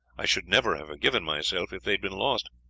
i should never have forgiven myself if they had been lost.